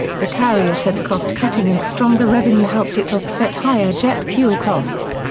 the carrier said cost-cutting and stronger revenue helped it offset higher jet fuel costs.